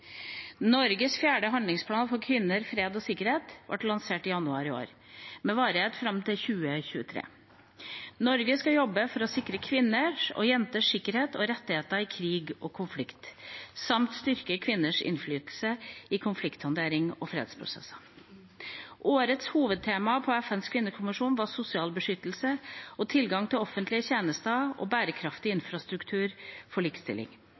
Norges fjerde handlingsplan for kvinner, fred og sikkerhet ble lansert i januar i år, med varighet fram til 2023. Norge skal jobbe for å sikre kvinners og jenters sikkerhet og rettigheter i krig og konflikt samt styrke kvinners innflytelse i konflikthåndtering og fredsprosesser. Årets hovedtema på FNs kvinnekommisjon var sosial beskyttelse, tilgang til offentlige tjenester og bærekraftig infrastruktur for likestilling.